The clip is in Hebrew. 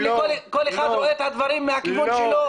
כל אחד רואה את הדברים מהכיוון שלו.